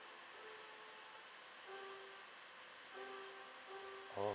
oh